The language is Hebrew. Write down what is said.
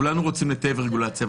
כולנו רוצים לטייב רגולציה,